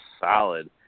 solid